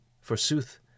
forsooth